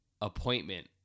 appointment